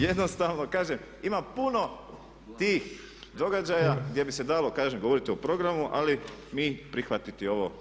Jednostavno kažem ima puno tih događaja gdje bi se dalo kažem govoriti o programu ali mi prihvatiti ovo ne možemo.